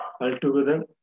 altogether